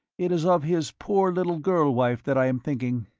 it is of his poor little girl-wife that i am thinking.